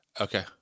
Okay